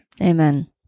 Amen